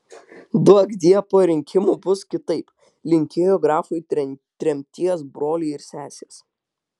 duokdie po rinkimų bus kitaip linkėjo grafui tremties broliai ir sesės